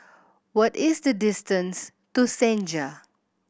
what is the distance to Senja